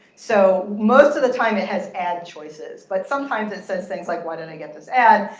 so most of the time it has ad choices. but sometimes it says things like, why didn't i get this ad?